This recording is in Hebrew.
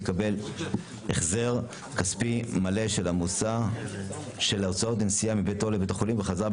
יקבל החזר כספי מלא של הוצאות הנסיעה מביתו לבית החולים ובחזרה,